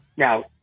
Now